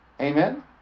Amen